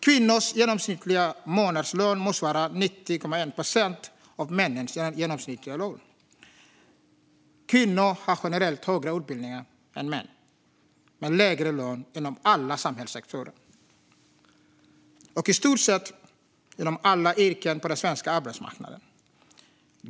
Kvinnors genomsnittliga månadslön motsvarar 90,1 procent av männens genomsnittliga lön. Kvinnor har generellt högre utbildning än män men lägre lön inom alla samhällssektorer och i stort sett i alla yrken på den svenska arbetsmarknaden.